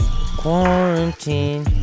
quarantine